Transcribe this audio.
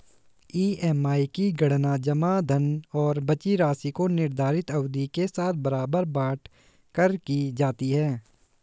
EMI की गणना जमा धन और बची राशि को निर्धारित अवधि के साथ बराबर बाँट कर की जाती है